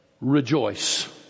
rejoice